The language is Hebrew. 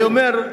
אני אומר,